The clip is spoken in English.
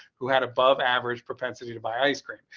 who had above average propensity to buy ice cream,